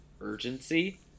urgency